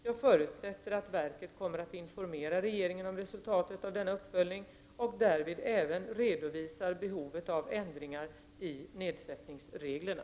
Jag förutsätter att verket kommer att informera regeringen om resultatet av denna uppföljning och därvid även redovisar behovet av ändringar i nedsättningsreglerna.